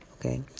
okay